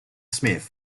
smith